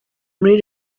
muri